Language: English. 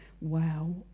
wow